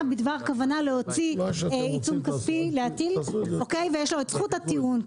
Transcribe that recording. בדבר כוונה להטיל עיצום כספי ויש לו את זכות הטיעון.